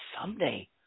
someday